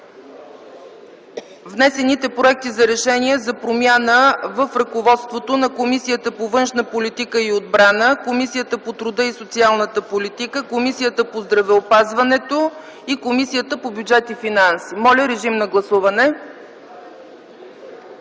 внесените проекти за решения за промяна в ръководствата на Комисията по външна политика и отбрана, Комисията по труда и социалната политика, Комисията по здравеопазването и Комисията по бюджет и финанси. Моля, режим на гласуване.